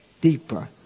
deeper